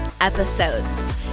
episodes